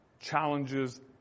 challenges